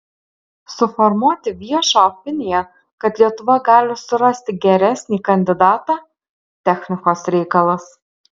suformuoti viešą opiniją kad lietuva gali surasti geresnį kandidatą technikos reikalas